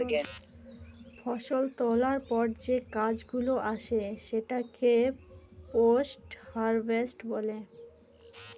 ফষল তোলার পর যে কাজ গুলো আসে সেটাকে পোস্ট হারভেস্ট বলে